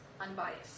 unbiased